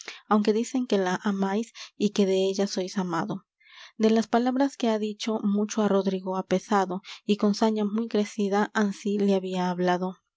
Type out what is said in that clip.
aunque dicen que la amáis y que della sois amado de las palabras que ha dicho mucho á rodrigo ha pesado y con saña muy crecida ansí le había hablado